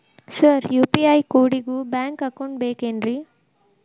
Sir UPI ಕೋಡಿಗೂ bank account ಬೇಕೆನ್ರಿ?